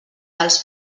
dels